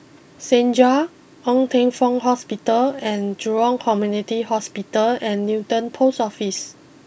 Segar Ng Teng Fong Hospital and Jurong Community Hospital and Newton post Office